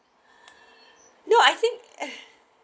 no I think eh